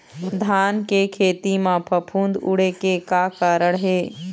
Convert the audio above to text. धान के खेती म फफूंद उड़े के का कारण हे?